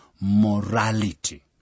morality